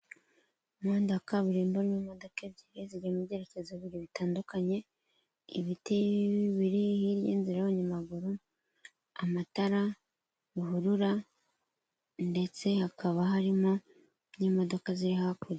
Umuhanda wa kaburimbo urimo imodoka ebyiri zijya mu byerekezo bibiri bitandukanye, ibiti biri hirya y'inzira y'abanyamaguru, amatara, ruhurura, ndetse hakaba harimo n'imodoka ziri hakurya.